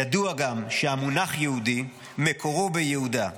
ידוע גם שהמונח יהודי מקורו ביהודה,